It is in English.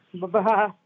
Bye-bye